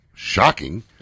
shocking